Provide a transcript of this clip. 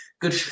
good